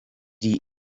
die